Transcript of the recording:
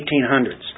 1800s